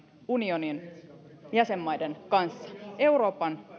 unionin jäsenmaiden kanssa euroopan